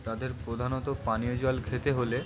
তাদের প্রধানত পানীয় জল খেতে হলে